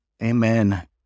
amen